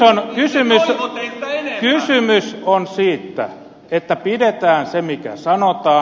ei kysymys on siitä että pidetään se mikä sanotaan